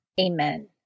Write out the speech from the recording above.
Amen